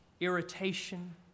Irritation